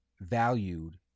valued